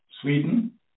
Sweden